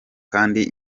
kandi